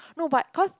no but cause